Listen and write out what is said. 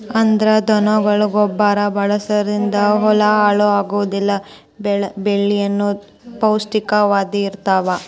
ಅಂದ್ರ ದನಗೊಳ ಗೊಬ್ಬರಾ ಬಳಸುದರಿಂದ ಹೊಲಾ ಹಾಳ ಆಗುದಿಲ್ಲಾ ಬೆಳಿನು ಪೌಷ್ಟಿಕ ವಾಗಿ ಇರತಾವ